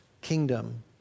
kingdom